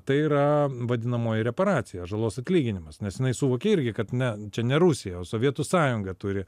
tai yra vadinamoji reparacija žalos atlyginimas nes jinai suvokė irgi kad ne čia ne rusija o sovietų sąjunga turi